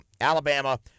Alabama